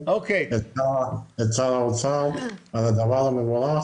את שר האוצר על הדבר המבורך.